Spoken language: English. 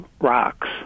rocks